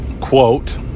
quote